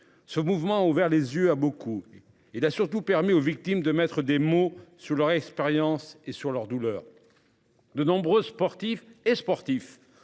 ce mouvement a ouvert les yeux a beaucoup et d'a surtout permis aux victimes de mettre des mots sur leur expérience et sur leur douleur. De nombreux sportifs et sportifs